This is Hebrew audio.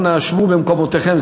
אנא שבו במקומותיכם,